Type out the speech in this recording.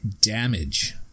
damage